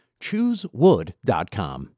choosewood.com